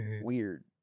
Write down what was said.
weird